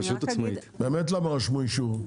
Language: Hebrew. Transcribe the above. באמת למה רשמו אישור?